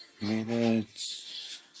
minutes